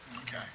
Okay